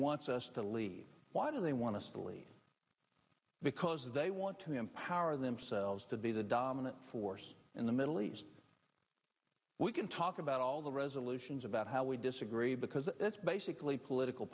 wants us to leave why do they want to leave because they want to empower themselves to be the dominant force in the middle east we can talk about all the resolutions about how we disagree because it's basically political